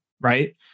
Right